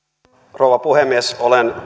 rouva puhemies olen